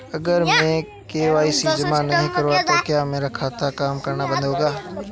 अगर मैं के.वाई.सी जमा नहीं करता तो क्या मेरा खाता काम करना बंद कर देगा?